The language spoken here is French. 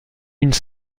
une